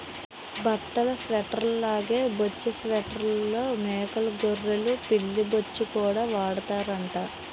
బట్టల ఫేట్రీల్లాగే బొచ్చు ఫేట్రీల్లో మేకలూ గొర్రెలు పిల్లి బొచ్చుకూడా వాడతారట